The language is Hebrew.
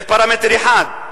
זה פרמטר אחד.